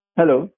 Hello